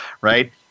right